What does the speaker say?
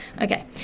okay